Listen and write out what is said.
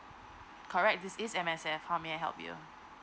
correct this is M_S_F how may I help you